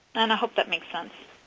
and i hope that makes sense.